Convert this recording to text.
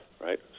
right